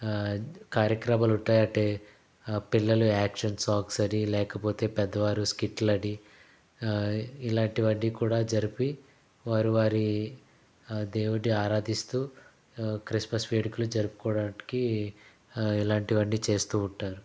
కార్యక్రమాలు ఉంటాయంటే పిల్లలు యాక్షన్ సాంగ్స్ అని లేకపోతే పెద్దవారు స్కిట్లని ఇలాంటివన్ని కూడా జరిపి వారి వారి దేవుడిని ఆరాధిస్తూ క్రిస్మస్ వేడుకలు జరుపుకోవడానికి ఇలాంటివన్ని చేస్తూ ఉంటారు